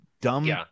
dumb